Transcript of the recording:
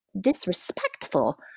disrespectful